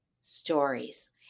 stories